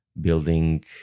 building